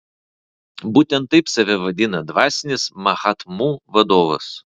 būtent taip save vadina dvasinis mahatmų vadovas